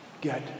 get